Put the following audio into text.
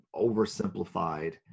oversimplified